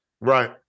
Right